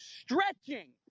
stretching